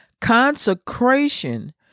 Consecration